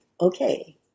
okay